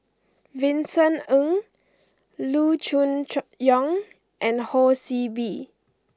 Vincent Ng Loo Choon Chang Yong and Ho See Beng